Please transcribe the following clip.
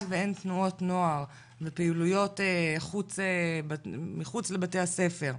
ואין תנועות נוער ופעילויות מחוץ לבתי הספר,